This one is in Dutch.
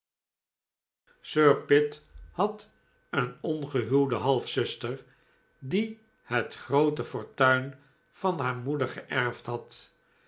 sir pitt had een ongehuwde halfzuster die het groote fortuin van haar moeder geerfd had